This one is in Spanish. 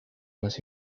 más